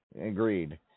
Agreed